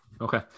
Okay